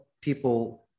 people